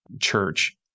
Church